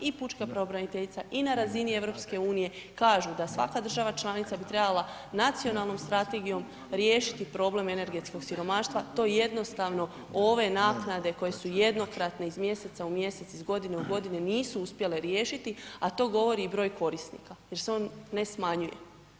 I pučka pravobraniteljica i na razini EU kažu da svaka država članica bi trebala nacionalnom strategijom riješiti problem energetskog siromaštva, to jednostavno ove naknade koje su jednokratne iz mjeseca u mjesec, iz godine u godinu nisu uspjele riješiti a to govori i broj korisnika jer se on ne smanjuje.